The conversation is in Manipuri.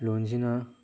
ꯂꯣꯟꯁꯤꯅ